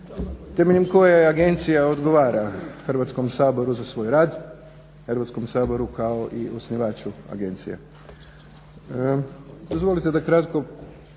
temeljem koje je agencija odgovara Hrvatskom saboru za svoj rad, Hrvatskom saboru kao i osnivaču agencije.